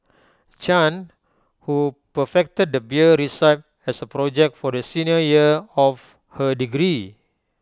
chan who perfected the beer has A project for the senior year of her degree